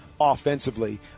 offensively